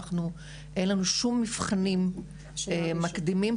אין לנו שום מבחנים מקדימים.